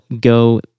go